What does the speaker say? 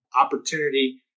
opportunity